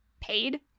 paid